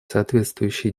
соответствующие